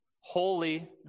holy